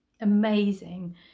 amazing